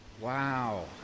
Wow